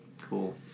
Cool